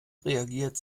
reagiert